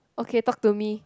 okay talk to me